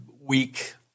week